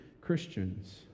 Christians